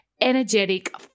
energetic